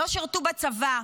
לא שירתו בצבא.